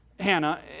Hannah